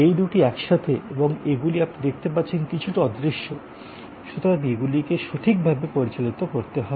এই দুটি একসাথে এবং এগুলি আপনি দেখতে পাচ্ছেন কিছুটা অদৃশ্য সুতরাং এগুলিকে সঠিকভাবে পরিচালিত করতে হবে